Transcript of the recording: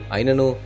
Ainanu